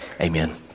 Amen